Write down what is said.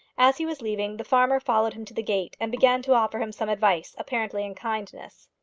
as he was leaving, the farmer followed him to the gate, and began to offer him some advice, apparently in kindness.